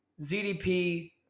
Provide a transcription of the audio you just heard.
ZDP